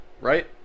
right